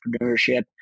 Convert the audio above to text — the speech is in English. entrepreneurship